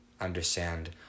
understand